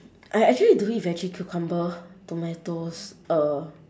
I actually don't eat veggie cucumber tomatoes er